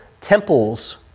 temples